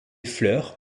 fleurs